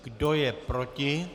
Kdo je proti?